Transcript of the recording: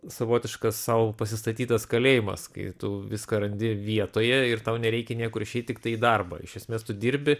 savotiškas sau pasistatytas kalėjimas kai tu viską randi vietoje ir tau nereikia niekur išeit tiktai į darbą iš esmės tu dirbi